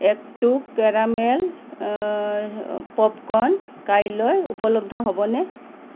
এক্ টু caramel popcorn কাইলৈ উপলব্ধ হ'বনে